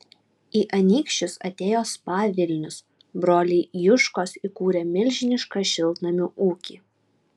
į anykščius atėjo spa vilnius broliai juškos įkūrė milžinišką šiltnamių ūkį